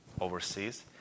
overseas